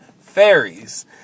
Fairies